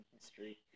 history